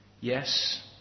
Yes